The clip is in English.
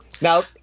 Now